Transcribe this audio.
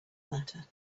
matter